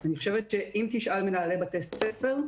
אני חושבת שאם תשאל מנהלי בתי ספר,